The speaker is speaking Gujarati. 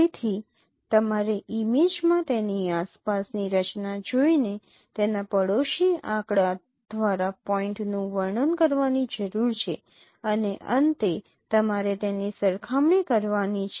તેથી તમારે ઇમેજમાં તેની આસપાસની રચના જોઈને તેના પડોશી આંકડા દ્વારા પોઈન્ટનું વર્ણન કરવાની જરૂર છે અને અંતે તમારે તેની સરખામણી કરવાની છે